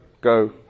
go